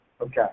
Okay